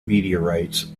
meteorites